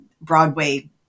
Broadway